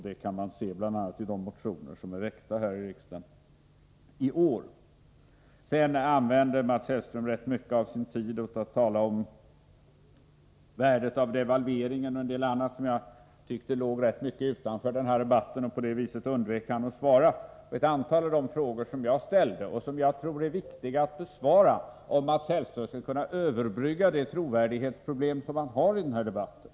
Det framgår bl.a. av de motioner som är väckta här i riksdagen i år. Mats Hellström använde rätt mycket av sin tid till att tala om värdet av devalveringen och en del annat som låg utanför den här debatten. På det viset undvek han att svara på ett antal av de frågor som jag tror är viktiga att besvara om Mats Hellström skall kunna överbrygga de trovärdighetsproblem som han har i den här debatten.